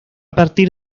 partir